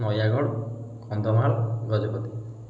Nayagarh Kandhamal Gajapati